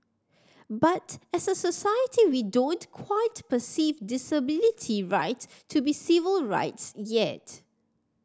but as a society we don't quite perceive disability right to be civil rights yet